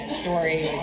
story